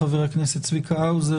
חבר הכנסת צביקה האוזר,